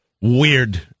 weird